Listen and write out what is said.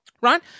Right